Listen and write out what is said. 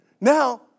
Now